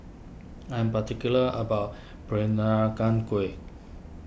I'm particular about Peranakan Kueh